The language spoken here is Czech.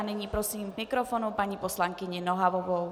Nyní prosím k mikrofonu paní poslankyni Nohavovou.